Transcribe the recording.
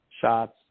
shots